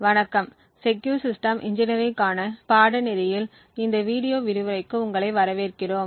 வணக்கம் secure system engineering கான பாடநெறியில் இந்த வீடியோ விரிவுரைக்கு உங்களை வரவேற்கிறோம்